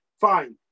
fine